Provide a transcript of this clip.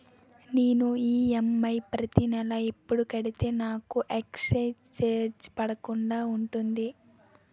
నేను ఈ.ఎమ్.ఐ ప్రతి నెల ఎపుడు కడితే నాకు ఎక్స్ స్త్ర చార్జెస్ పడకుండా ఉంటుంది?